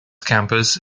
campus